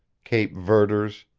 cape verders,